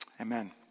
Amen